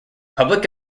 public